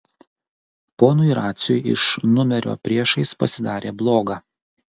ponui raciui iš numerio priešais pasidarė bloga